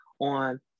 on